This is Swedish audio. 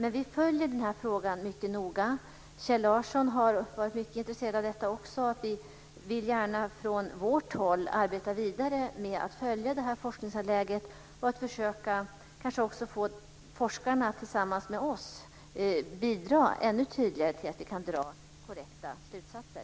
Vi följer dock frågan mycket noga. Kjell Larsson har också varit mycket intresserad av detta, och vi vill gärna från vårt håll arbeta vidare med att följa forskningsläget och att försöka kanske också få forskarna att tillsammans med oss ännu tydligare bidra till att vi kan dra korrekta slutsatser.